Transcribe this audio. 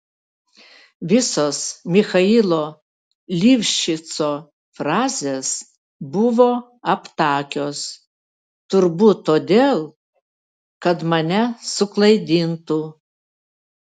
visos michailo livšico frazės buvo aptakios turbūt todėl kad mane suklaidintų